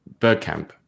Bergkamp